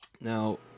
Now